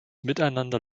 miteinander